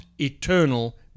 eternal